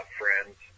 friends